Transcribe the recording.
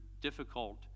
difficult